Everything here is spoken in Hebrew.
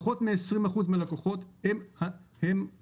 פחות מ-20 אחוזים מהלקוחות הם החברות